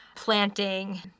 planting